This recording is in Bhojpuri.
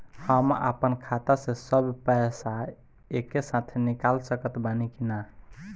हम आपन खाता से सब पैसा एके साथे निकाल सकत बानी की ना?